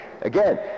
Again